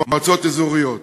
מועצות אזוריות.